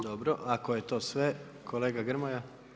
Dobro, ako je to sve, kolega Grmoja.